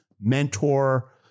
mentor